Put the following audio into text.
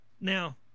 Now